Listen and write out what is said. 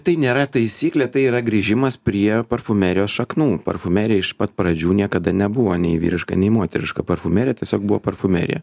tai nėra taisyklė tai yra grįžimas prie parfumerijos šaknų parfumerija iš pat pradžių niekada nebuvo nei vyriška nei moteriška parfumerija tiesiog buvo parfumerija